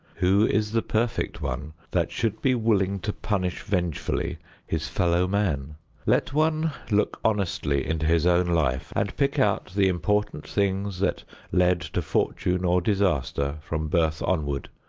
who is the perfect one that should be willing to punish vengefully his fellow-man? let one look honestly into his own life and pick out the important things that lead to fortune or disaster from birth onward,